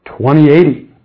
20-80